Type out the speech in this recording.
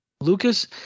lucas